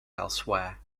elsewhere